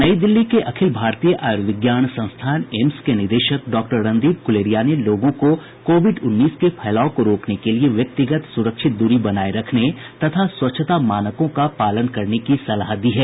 नई दिल्ली के अखिल भारतीय आयुर्विज्ञान संस्थान एम्स के निदेशक डॉक्टर रणदीप गुलेरिया ने लोगों को कोविड उन्नीस के फैलाव को रोकने के लिए व्यक्तिगत सुरक्षित दूरी बनाए रखने तथा स्वच्छता मानकों का पालन करने की सलाह दी है